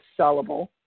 sellable